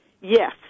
Yes